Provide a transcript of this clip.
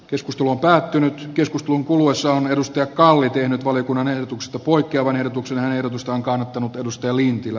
keskustelu päättynyt keskustelun kuluessa on edustaja kalle tiennyt valiokunnan ehdotuksesta poikkeavan ehdotuksen ehdotusta on kannattanut edustaja lintilä